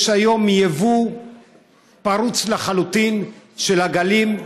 יש היום יבוא פרוץ לחלוטין של עגלים.